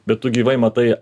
bet tu gyvai matai